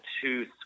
two